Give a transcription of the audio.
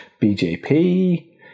BJP